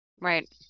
Right